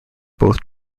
both